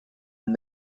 and